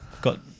got